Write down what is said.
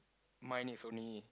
mine is only